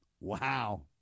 Wow